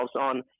on